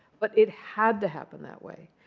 but it had to happen that way,